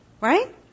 Right